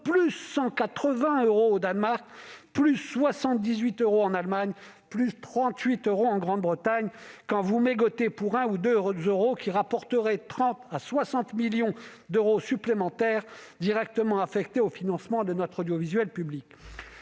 plus 180 euros au Danemark, plus 78 euros en Allemagne, plus 38 euros au Royaume-Uni, quand vous mégotez pour un ou deux euros qui rapporteraient 30 à 60 millions d'euros supplémentaires directement affectés au financement de notre audiovisuel public.